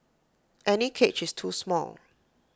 any cage is too small